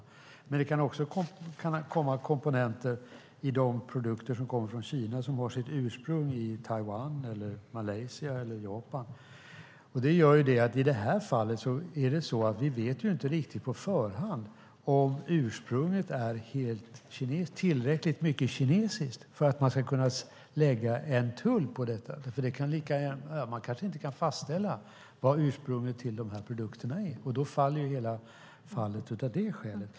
Det kan också finnas komponenter i de produkter som kommer från Kina som har sitt ursprung i Taiwan, Malaysia eller Japan. Det innebär att vi i det fallet inte på förhand vet om ursprunget är tillräckligt mycket kinesiskt för att man ska kunna lägga en tull på det. Man kanske inte kan fastställa ursprunget till produkterna, och då faller det hela av det skälet.